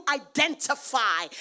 identify